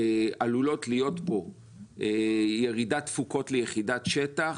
שעלולות להיות פה ירידת תפוקות לירידת שטח,